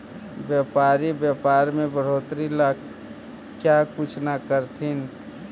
व्यापारी व्यापार में बढ़ोतरी ला क्या कुछ न करथिन